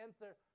enter